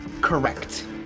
correct